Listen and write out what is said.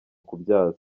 kubyaza